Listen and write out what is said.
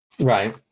Right